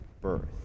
birth